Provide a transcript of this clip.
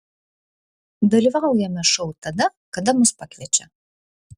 dalyvaujame šou tada kada mus pakviečia